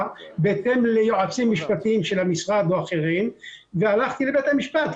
בהתאם ליועצים משפטיים של המשרד או אחרים והלכתי לבית המשפט,